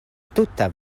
tuta